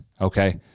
okay